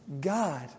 God